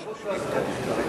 התרבות והספורט.